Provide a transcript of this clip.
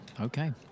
Okay